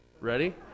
Ready